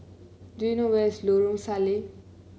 do you know where is Lorong Salleh